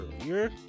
earlier